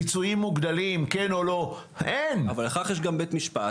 הרבה פניות מגיעות אליי כראש ענף משמעת